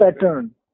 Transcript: pattern